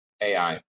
AI